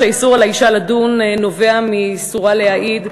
שהאיסור על האישה לדון נובע מאיסור עליה להעיד,